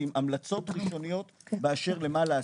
ועם המלצות ראשוניות באשר למה לעשות.